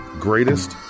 greatest